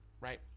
right